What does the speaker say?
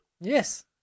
Yes